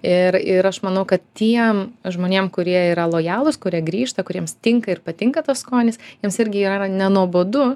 ir ir aš manau kad tiem žmonėm kurie yra lojalūs kurie grįžta kuriems tinka ir patinka tas skonis jiems irgi yra nenuobodu